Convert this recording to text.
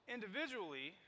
Individually